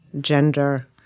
gender